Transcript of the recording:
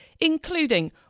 including